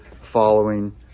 following